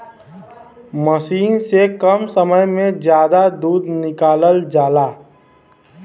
मसीन से कम समय में जादा दूध निकालल जाला